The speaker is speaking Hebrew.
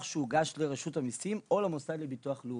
שהוגש לרשות המיסים או למוסד לביטוח לאומי.